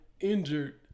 Injured